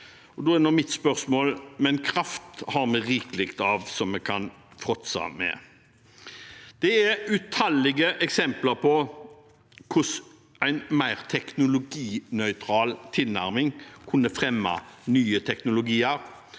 Da er mitt spørsmål: Men kraft har vi rikelig av – og kan fråtse i? Det er utallige eksempler på hvordan en mer teknologinøytral tilnærming kunne ha fremmet nye teknologier,